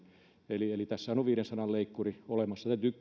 eli eli tässähän on viidensadantuhannen leikkuri olemassa täytyy